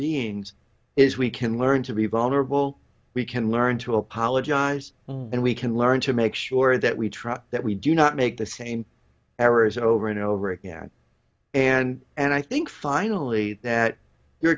beings is we can learn to be vulnerable we can learn to apologize and we can learn to make sure that we trust that we do not make the same errors over and over again and and i think finally that your